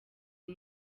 uyu